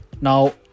Now